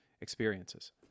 experiences